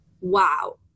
Wow